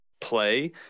play